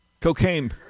Cocaine